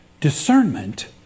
Discernment